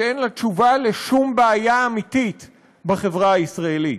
שאין לה תשובה על שום בעיה אמיתית בחברה הישראלית.